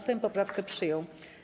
Sejm poprawkę przyjął.